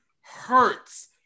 Hurts